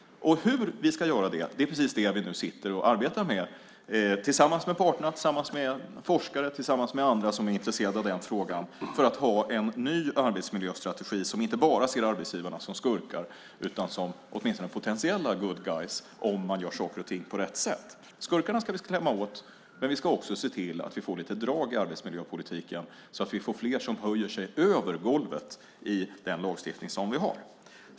Hur vi ska göra det är precis vad vi nu sitter och arbetar med tillsammans med parterna, forskare och andra som är intresserade av den frågan, för att ha en ny arbetsmiljöstrategi som inte bara ser arbetsgivarna som skurkar utan som åtminstone potentiella good guys , om man gör saker och ting på rätt sätt. Skurkarna ska vi klämma åt, men vi ska också se till att vi får lite drag i arbetsmiljöpolitiken, så att vi får fler som höjer sig över golvet i den lagstiftning som vi har.